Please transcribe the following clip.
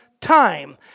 time